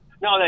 no